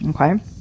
Okay